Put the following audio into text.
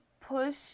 push